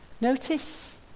Notice